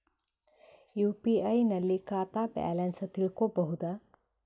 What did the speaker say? UPI ನಲ್ಲಿ ಖಾತಾ balance ತಿಳಕೊ ಬಹುದಾ?